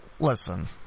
listen